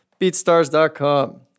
BeatStars.com